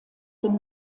dem